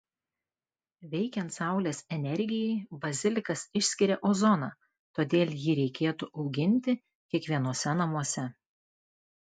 veikiant saulės energijai bazilikas išskiria ozoną todėl jį reikėtų auginti kiekvienuose namuose